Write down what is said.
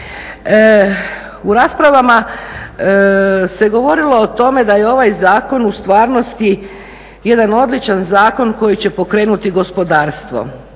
U raspravama se govorilo o tome da je ovaj zakon u stvarnosti jedan odličan zakon koji će pokrenuti gospodarstvo.